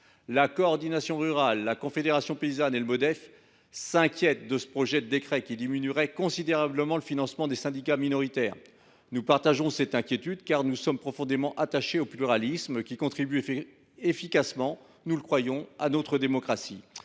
de défense des exploitants familiaux (Modef) s’inquiètent de ce projet de décret qui réduirait considérablement le financement des syndicats minoritaires. Nous partageons cette inquiétude, car nous sommes profondément attachés au pluralisme, qui contribue efficacement, nous le croyons, à notre démocratie.